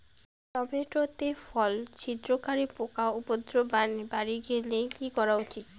Tomato তে ফল ছিদ্রকারী পোকা উপদ্রব বাড়ি গেলে কি করা উচিৎ?